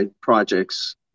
projects